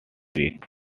weeks